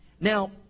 Now